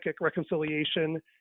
reconciliation